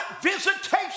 visitation